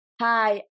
Hi